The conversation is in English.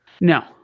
No